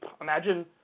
Imagine